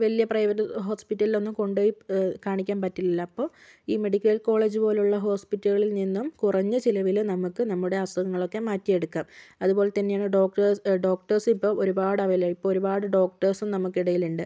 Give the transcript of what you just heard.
വലിയ പ്രൈവറ്റ് ഹോസ്പിറ്റലിൽ ഒന്നും കൊണ്ടുപോയി കാണിക്കാൻ പറ്റില്ലല്ലൊ അപ്പോൾ ഈ മെഡിക്കൽ കോളേജ് പോലുള്ള ഹോസ്പിറ്റലുകളിൽ നിന്നും കുറഞ്ഞ ചിലവില് നമുക്ക് നമ്മുടെ അസുഖങ്ങൾ ഒക്കെ മാറ്റിയെടുക്കാം അതുപോലെ തന്നെയാണ് ഡോക്ടർ ഡോക്ടർസും ഇപ്പോൾ ഒരുപാട് അവൈലബിൾ ഇപ്പോൾ ഒരുപാട് ഡോക്ടർസും നമുക്കിടയിൽ ഉണ്ട്